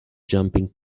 jumping